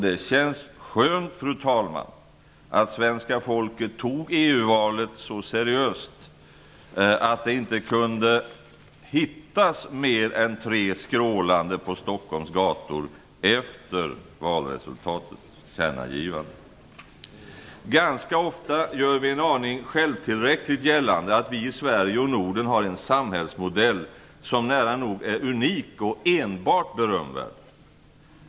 Det känns skönt, fru talman, att svenska folket tog EU-valet så seriöst att man inte kunde hitta mer än tre skrålande personer på Stockholms gator efter valresultatets tillkännagivande. Ganska ofta gör vi, en aning självtillräckligt, gällande att vi i Sverige och Norden har en samhällsmodell som nära nog är unik och enbart berömvärd.